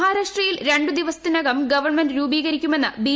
മഹാരാഷ്ട്രയിൽ രണ്ടു ദിവസത്തിനകം ഗവൺമെന്റ് രൂപീകരിക്കുമെന്ന് ബി